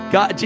God